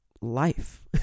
life